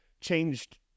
changed